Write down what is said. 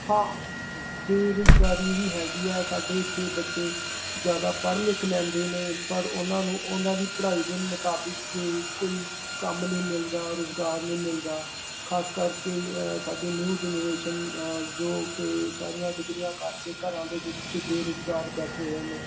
ਹਾਂ ਬੇਰੁਜ਼ਗਾਰੀ ਵੀ ਹੈਗੀ ਆ ਸਾਡੇ ਇੱਥੇ ਬੱਚੇ ਜ਼ਿਆਦਾ ਪੜ੍ਹ ਲਿਖ ਲੈਂਦੇ ਨੇ ਪਰ ਉਹਨਾਂ ਨੂੰ ਉਹਨਾਂ ਦੀ ਪੜ੍ਹਾਈ ਦੇ ਮੁਤਾਬਿਕ ਕੋਈ ਕੰਮ ਨਹੀਂ ਮਿਲਦਾ ਰੁਜ਼ਗਾਰ ਨਹੀਂ ਮਿਲਦਾ ਖ਼ਾਸ ਕਰਕੇ ਸਾਡੀ ਨਿਊ ਜਨਰੇਸ਼ਨ ਅ ਜੋ ਕਿ ਸਾਰੀਆਂ ਡਿਗਰੀਆਂ ਕਰਕੇ ਘਰਾਂ ਦੇ ਵਿੱਚ ਬੇਰੁਜਗਾਰ ਬੈਠੇ ਹੋਏ ਨੇ